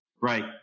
Right